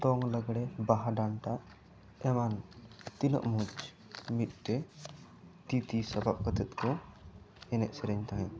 ᱫᱚᱝ ᱞᱟᱝᱜᱽᱲᱮ ᱵᱟᱦᱟ ᱰᱟᱱᱴᱟ ᱮᱢᱟᱱ ᱛᱤᱱᱟᱹᱜ ᱢᱚᱡᱽ ᱢᱤᱫ ᱛᱮ ᱛᱤᱛᱤ ᱥᱟᱯᱟᱵ ᱠᱟᱛᱮᱫ ᱠᱚ ᱮᱱᱮᱡ ᱥᱮᱨᱮᱧ ᱛᱟᱦᱮᱱ